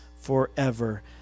forever